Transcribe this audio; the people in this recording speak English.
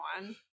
one